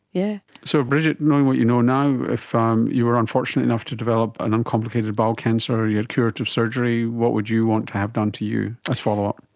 yeah so brigid, knowing what you know now, if ah um you were unfortunate enough to develop an uncomplicated bowel cancer, you had curative surgery, what would you want to have done to you as follow-up?